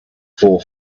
for